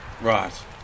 right